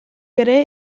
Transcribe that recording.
ere